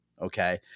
Okay